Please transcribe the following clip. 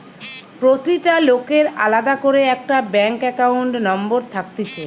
প্রতিটা লোকের আলদা করে একটা ব্যাঙ্ক একাউন্ট নম্বর থাকতিছে